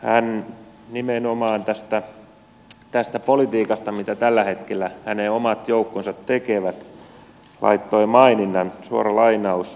hän nimenomaan tästä politiikasta mitä tällä hetkellä hänen omat joukkonsa tekevät laittoi maininnan suora lainaus